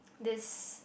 this